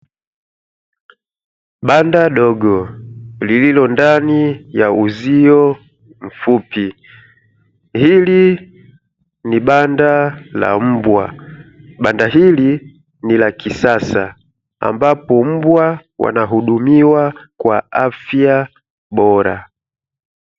Banda dogo lililondani ya uzio mfupi. Hili ni banda la mbwa, banda hili ni la kisasa ambapo mbwa wanahudumiwa kwa afya bora.